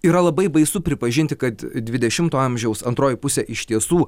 yra labai baisu pripažinti kad dvidešimto amžiaus antroji pusė iš tiesų